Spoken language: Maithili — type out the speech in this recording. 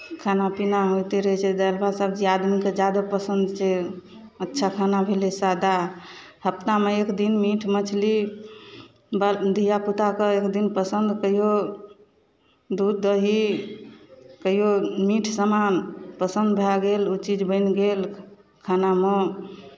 खाना पीना होइते रहै छै दालि भात सब्जी आदमीकेँ ज्यादा पसन्द छै अच्छा खाना भेलै सादा हफ्तामे एक दिन मीट मछली बड़ धियापुताके एक दिन पसन्द कहिओ दूध दही कहिओ मीठ सामान पसन्द भए गेल ओ चीज बनि गेल खानामे